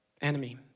enemy